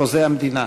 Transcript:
חוזה המדינה.